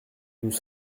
nous